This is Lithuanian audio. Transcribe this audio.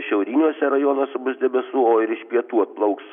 šiauriniuose rajonuose bus debesų o ir iš pietų atplauks